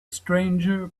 stranger